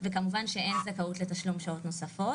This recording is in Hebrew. וכמובן שאין זכאות לתשלום שעות נוספות.